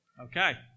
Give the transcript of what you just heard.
Okay